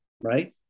right